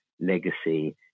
legacy